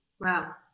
Wow